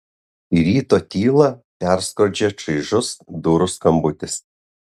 ryto tylą perskrodžia čaižus durų skambutis